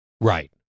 Right